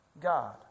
God